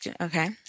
Okay